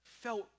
felt